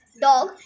dog